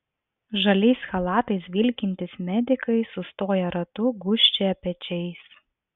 žaliais chalatais vilkintys medikai sustoję ratu gūžčioja pečiais